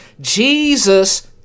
Jesus